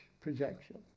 projection